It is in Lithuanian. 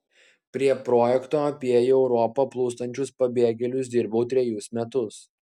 prie projekto apie į europą plūstančius pabėgėlius dirbau trejus metus